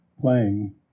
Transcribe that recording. playing